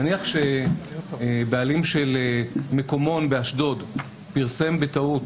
נניח שבעלים של מקומון באשדוד פרסם בטעות